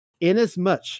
inasmuch